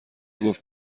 گفت